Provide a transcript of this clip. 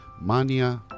Mania